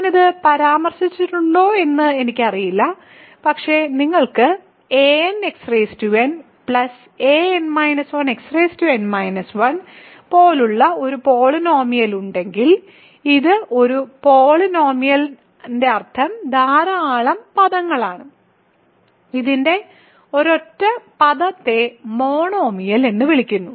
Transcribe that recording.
ഞാൻ ഇത് പരാമർശിച്ചിട്ടുണ്ടോ എന്ന് എനിക്കറിയില്ല പക്ഷേ നിങ്ങൾക്ക് anxn an 1xn 1 പോലുള്ള ഒരു പോളിനോമിയൽ ഉണ്ടെങ്കിൽ ഇതിന്റെ ഒരൊറ്റ പദത്തെ മോണോമിയൽ എന്ന് വിളിക്കുന്നു